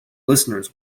listeners